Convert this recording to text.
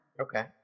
Okay